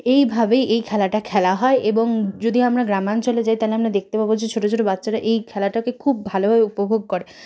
এইভাবে এই খেলাটা খেলা হয় এবং যদি আমরা গ্রামাঞ্চলে যাই তাহলে আমরা দেখতে পাব যে ছোটো ছোটো বাচ্চারা এই খেলাটাকে খুব ভালোভাবে উপভোগ করে